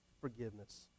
forgiveness